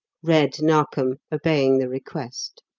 read narkom, obeying the request.